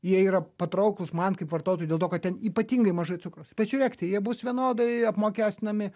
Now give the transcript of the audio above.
jie yra patrauklūs man kaip vartotojui dėl to kad ten ypatingai mažai cukraus pažiūrėk tai jie bus vienodai apmokestinami